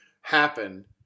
happen